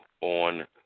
on